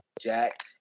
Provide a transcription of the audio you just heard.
Jack